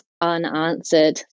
unanswered